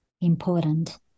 important